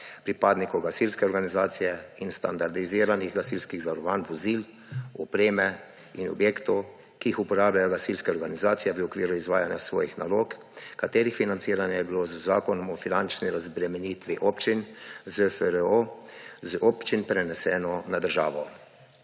pripadnikov gasilske organizacije in standardiziranih gasilskih zavarovanj vozil opreme in objektov, ki jih uporabljajo gasilske organizacije v okviru izvajanja svojih nalog, katerih financiranje je bilo z Zakonom o finančni razbremenitvi občin – ZFRO z občin preneseno na državo.